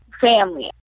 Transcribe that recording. family